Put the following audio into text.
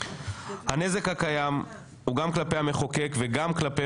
הנזק הקיים הוא גם כלפי המחוקק וגם כלפי